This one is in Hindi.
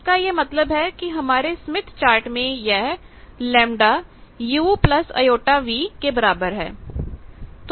इसका यह मतलब है कि हमारे स्मिथ चार्ट में यह Γu jv है